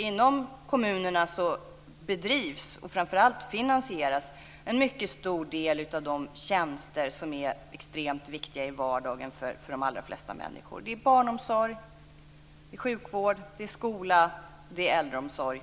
Inom kommunerna bedrivs, och framför allt finansieras, en mycket stor del av de tjänster som är extremt viktiga i vardagen för de allra flesta människor. Det är barnomsorg, sjukvård, skola, äldreomsorg.